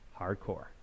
hardcore